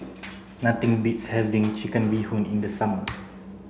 nothing beats having chicken bee hoon in the summer